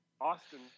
Austin